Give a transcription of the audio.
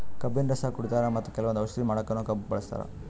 ಕಬ್ಬಿನ್ ರಸ ಕುಡಿತಾರ್ ಮತ್ತ್ ಕೆಲವಂದ್ ಔಷಧಿ ಮಾಡಕ್ಕನು ಕಬ್ಬ್ ಬಳಸ್ತಾರ್